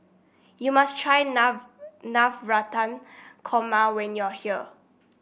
you must try Navratan Korma when you are here